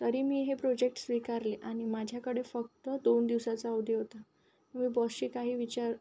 तरी मी हे प्रोजेक्ट स्वीकारले आणि माझ्याकडे फक्त दोन दिवसाचा अवधी होता मी बॉसशी काही विचार